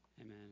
Amen